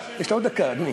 יש לי עוד דקה, אדוני.